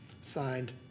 Signed